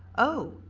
oh,